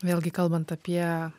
vėlgi kalbant apie